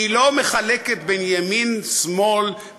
היא לא מחלקת בין ימין שמאל,